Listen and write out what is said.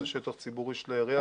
זה שטח ציבורי של העירייה,